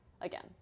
again